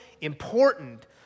important